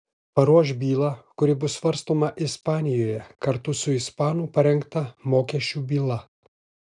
paruoš bylą kuri bus svarstoma ispanijoje kartu su ispanų parengta mokesčių byla